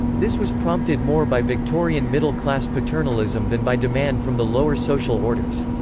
this was prompted more by victorian middle class paternalism than by demand from the lower social orders.